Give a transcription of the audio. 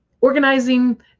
organizing